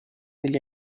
degli